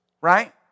Right